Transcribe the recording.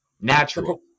natural